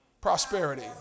prosperity